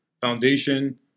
Foundation